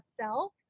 self